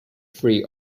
free